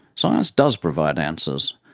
science does provide answers,